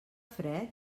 fred